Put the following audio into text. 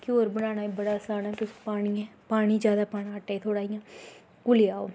घ्यूर बनाना बी बड़ा असान ऐ पाानी ऐ पानी जैदा पाना आटे च थोह्ड़ा इ'यां घुल्ली जा ओह्